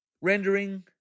rendering